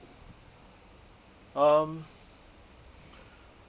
um